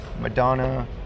Madonna